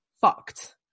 fucked